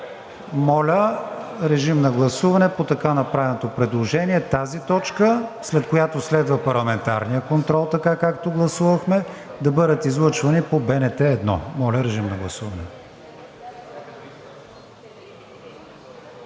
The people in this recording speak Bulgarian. Моля, режим на гласуване по така направеното предложение тази точка, след която следва парламентарният контрол, така както гласувахме, да бъдат излъчвани по БНТ 1. Гласували